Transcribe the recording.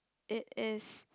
it is